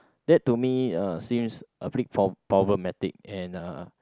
that to me uh seems a bit pro~ problematic and uh